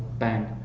bang.